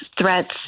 threats